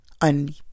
on